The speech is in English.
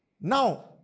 Now